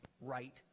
right